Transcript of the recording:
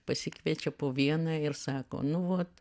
pasikviečia po vieną ir sako nu vot